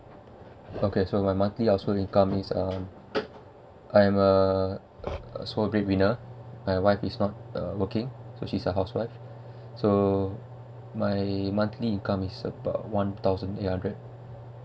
okay so my monthly household income is um I'm also breadwinner my wife is not uh working so she is a housewife so my monthly income is about one thousand eight hundred